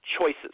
Choices